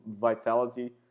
vitality